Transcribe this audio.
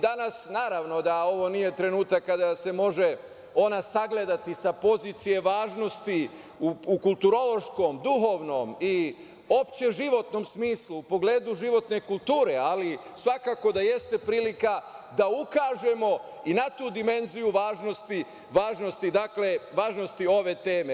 Danas, naravno, da ovo nije trenutak kada se ona može sagledati sa pozicije važnosti u kulturološkom, duhovnom i opšte životnom smislu, u pogledu životne kulture, ali svakako da jeste prilika da ukažemo i na tu dimenziju važnosti ove teme.